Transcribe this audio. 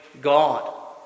God